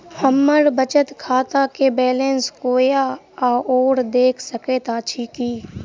हम्मर बचत खाता केँ बैलेंस कोय आओर देख सकैत अछि की